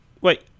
wait